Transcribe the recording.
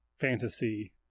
fantasy